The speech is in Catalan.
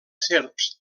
serps